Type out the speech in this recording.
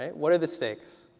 what are the stakes?